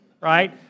Right